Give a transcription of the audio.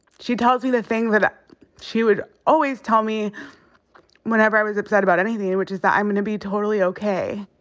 she tells me the thing that ah she would always tell me whenever i was upset about anything, and which is that i'm gonna be totally okay.